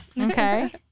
Okay